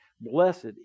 Blessed